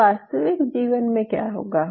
तो वास्तविक जीवन में क्या होगा